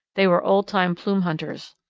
they were old-time plume hunters.